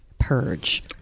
Purge